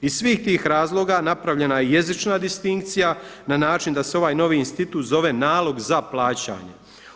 Iz svih tih razloga napravljena je jezična distinkcija na način da se ovaj novi institut zove nalog za plaćanje.